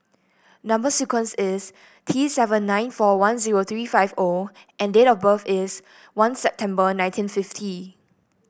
number sequence is T seven nine four one three five O and date of birth is one September nineteen fifty